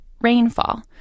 rainfall